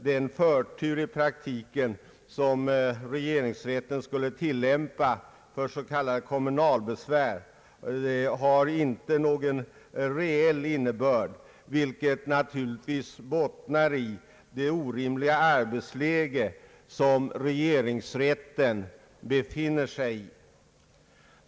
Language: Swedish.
Den förtur som regeringsrätten i praktiken skulle tilllämpa för s.k. kommunalbesvär har därför inte någon reell innebörd, vilket naturligtvis bottnar i regeringsrättens orimliga arbetsläge.